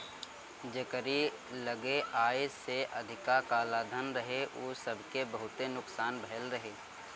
जेकरी लगे आय से अधिका कालाधन रहे उ सबके बहुते नुकसान भयल रहे